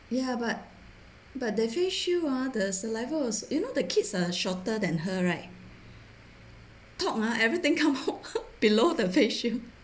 ya but but the face shield ah the saliva also you know the kids are shorter than her right talk ah everything come out below the face shield